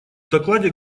докладе